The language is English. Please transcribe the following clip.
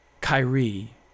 Kyrie